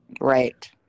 Right